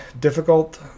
difficult